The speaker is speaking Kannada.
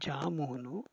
ಜಾಮೂನು